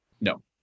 No